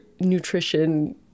nutrition